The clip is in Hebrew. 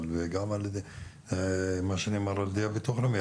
וולדיגר וגם על ידי נציגי הביטוח הלאומי.